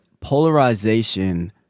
polarization